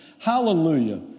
Hallelujah